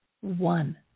one